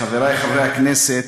חברי חברי הכנסת,